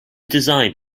designed